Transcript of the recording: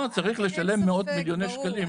צריך לשלם מאות מיליוני שקלים --- אין ספק,